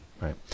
Right